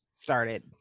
started